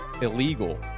illegal